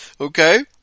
Okay